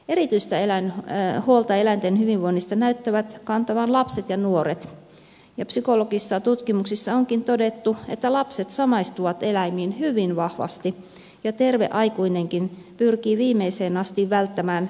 erityistä huolta eläinten hyvinvoinnista näyttävät kantavan lapset ja nuoret ja psykologisissa tutkimuksissa onkin todettu että lapset samastuvat eläimiin hyvin vahvasti ja terve aikuinenkin pyrkii viimeiseen asti välttämään satuttamasta eläintä